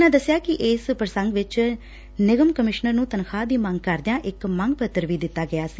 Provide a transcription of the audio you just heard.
ਉਨ੍ਹਾਂ ਦਸਿਆ ਕਿ ਇਸ ਸੰਦਰਭ ਵਿੱਚ ਨਿਗਮ ਕਮਿਸ਼ਨਰ ਨੂੰ ਤਨਖਾਹ ਦੀ ਮੰਗ ਕਰਦਿਆਂ ਇੱਕ ਮੰਗ ਪੱਤਰ ਵੀ ਦਿੱਤਾ ਗਿਆ ਸੀ